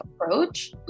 approach